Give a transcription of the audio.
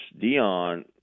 Dion